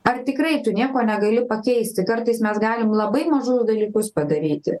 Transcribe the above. ar tikrai tu nieko negali pakeisti kartais mes galim labai mažus dalykus padaryti